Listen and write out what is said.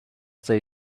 they